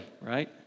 right